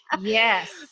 Yes